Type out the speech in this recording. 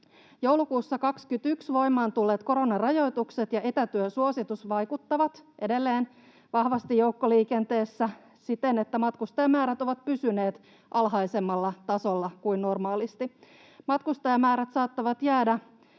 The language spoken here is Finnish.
Joulukuussa 21 voimaan tulleet koronarajoitukset ja etätyösuositus vaikuttavat edelleen vahvasti joukkoliikenteessä siten, että matkustajamäärät ovat pysyneet alhaisemmalla tasolla kuin normaalisti. Matkustajamäärät saattavat jäädä